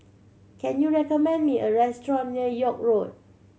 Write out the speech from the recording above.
can you recommend me a restaurant near York Road